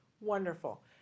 Wonderful